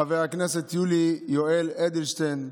חבר הכנסת יולי יואל אדלשטיין,